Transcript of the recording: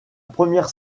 première